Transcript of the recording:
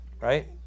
right